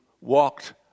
walked